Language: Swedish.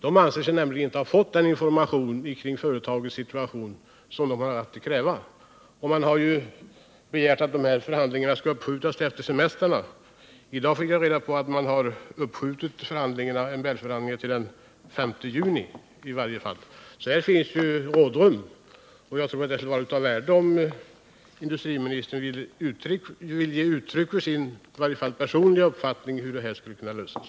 De anser sig nämligen inte ha fått den information om företagets situation som de har rätt att kräva. Man har begärt att förhandlingarna skall uppskjutas till efter semestrarna. I dag fick jag reda på att man har uppskjutit MBL-förhandlingarna till den 5 juni. Här finns alltså rådrum, och jag tror det skulle vara av värde om industriministern ville ge uttryck för sin personliga uppfattning om hur problemet skall kunna lösas.